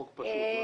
חוק פשוט.